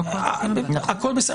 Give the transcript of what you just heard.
הכול בסדר.